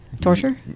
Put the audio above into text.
torture